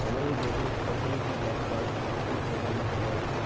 হামাদের দ্যাশোত অর্থনীতি বাঁকটা থাকি প্রভাবিত হই